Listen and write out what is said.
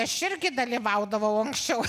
aš irgi dalyvaudavau anksčiau